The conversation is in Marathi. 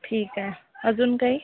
ठीक आहे अजून काही